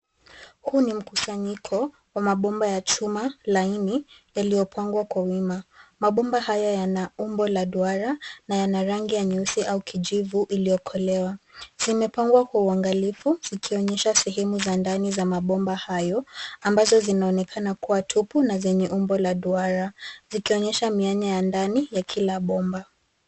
Huu ni mkusanyiko wa mabomba ya chuma laini yaliyopangwa kwa wima. Mabomba haya yana umbo la duara na yana rangi ya nyeusi au kijivu iliyokolea. Zimepangwa kwa uangalifu zikionyesha sehemu za ndani za mabomba hayo ambazo zinaonekana kuwa tupu na zenye umbo la duara zikionyesha mianya ya ndani ya kila bomba.